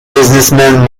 businessman